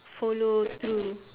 follow through